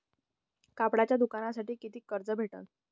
कापडाच्या दुकानासाठी कितीक कर्ज भेटन?